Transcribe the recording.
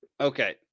Okay